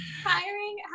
hiring